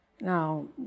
Now